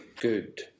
Good